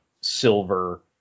silver